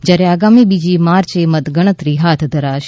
જયારે આગામી બીજી માર્ચે મતગણતરી હાથ ધરાશે